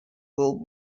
will